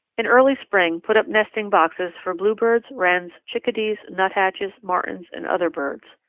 in early spring put up nesting boxes for bluebirds, wrens, chickadees, nuthatches, martins, and other birds.